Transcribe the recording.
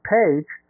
page